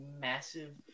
massive